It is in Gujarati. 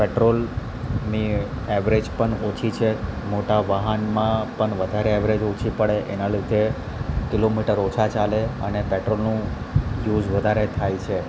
પેટ્રોલની એવરેજ પણ ઓછી છે મોટા વાહનમાં પણ વધારે એવરેજ ઓછી પડે એના લીધે કિલોમીટર ઓછા ચાલે અને પેટ્રોલનું યુઝ વધારે થાય છે